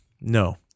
No